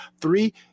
three